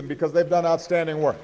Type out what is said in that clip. them because they've done outstanding work